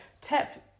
tap